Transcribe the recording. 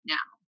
Now